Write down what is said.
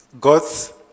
God's